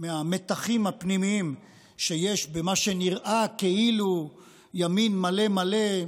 מהמתחים הפנימיים שיש במה שנראה כאילו ימין מלא מלא,